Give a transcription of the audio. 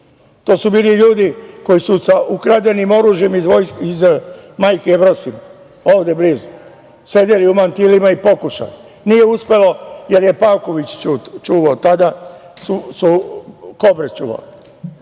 To su bili ljudi koji su sa ukradenim oružjem iz Majke Jevrosime, ovde blizu, sedeli u mantilima i pokušali. Nije uspelo, jer je Pavković čuvao tada Kobre.